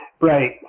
Right